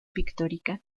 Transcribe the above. pictórica